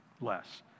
less